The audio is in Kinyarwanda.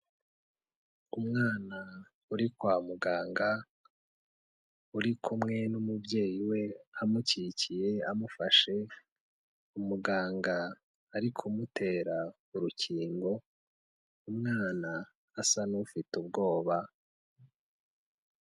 Umwana uri kwa muganga, uri kumwe n'umubyeyi we amukikiye, amufashe, umuganga ari kumutera urukingo, umwana asa n'ufite ubwoba.